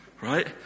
right